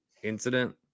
incident